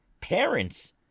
parents